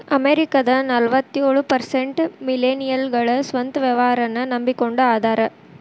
ಅಮೆರಿಕದ ನಲವತ್ಯೊಳ ಪರ್ಸೆಂಟ್ ಮಿಲೇನಿಯಲ್ಗಳ ಸ್ವಂತ ವ್ಯವಹಾರನ್ನ ನಂಬಕೊಂಡ ಅದಾರ